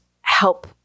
help